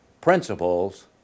Principles